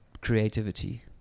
creativity